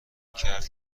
کرد